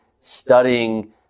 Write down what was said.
studying